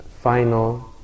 final